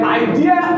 idea